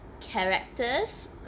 characters